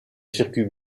circuit